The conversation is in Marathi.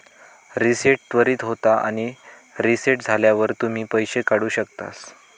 रीसेट त्वरीत होता आणि रीसेट झाल्यावर तुम्ही पैशे काढु शकतास